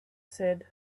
said